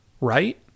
right